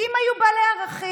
כי אם היו בעלי ערכים,